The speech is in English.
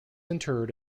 interred